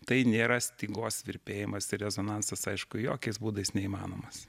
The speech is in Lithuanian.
tai nėra stygos virpėjimas ir rezonansas aišku jokiais būdais neįmanomas